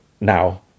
now